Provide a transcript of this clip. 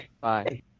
Bye